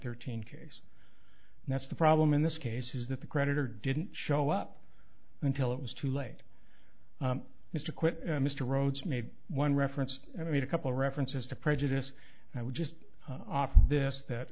thirteen case and that's the problem in this case is that the creditor didn't show up until it was too late mr quick mr rhodes made one reference and i made a couple references to prejudice i would just offer this that